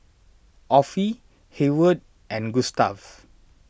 Offie Hayward and Gustav